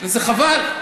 וחבל.